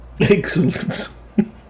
excellent